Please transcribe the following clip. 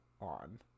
on